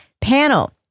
Panel